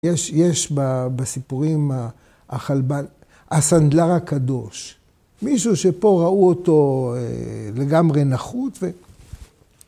יש בסיפורים החלבל, הסנדלר הקדוש, מישהו שפה ראו אותו לגמרי נחות.